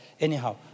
anyhow